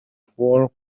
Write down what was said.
four